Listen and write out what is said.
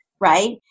right